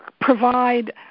provide